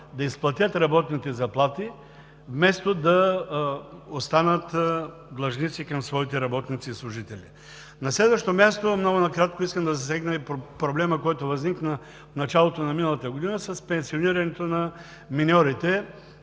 да изплатят работните заплати вместо да останат длъжници към своите работници и служители. На следващо място, много накратко искам да засегна и проблема, който възникна в началото на миналата година с пенсионирането на миньорите